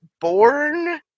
born